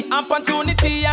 opportunity